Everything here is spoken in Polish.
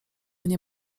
nie